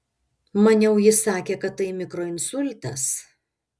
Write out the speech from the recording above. maniau jis sakė kad tai mikroinsultas